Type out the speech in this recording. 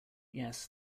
yes